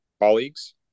colleagues